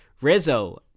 rizzo